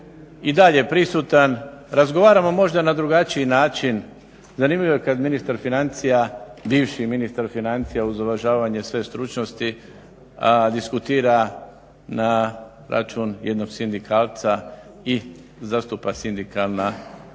i dalje prisutan, razgovaramo možda na drugačiji način. Zanimljivo je kada bivši ministar financija uz uvažavanje svoje stručnosti diskutira na račun jednog sindikalca i zastupa sindikalna